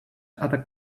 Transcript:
other